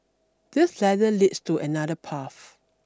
this ladder leads to another path